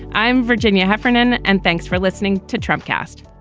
i'm virginia heffernan, and thanks for listening to trump cast